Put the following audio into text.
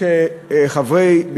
לאחר שחברי כנסת,